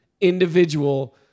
individual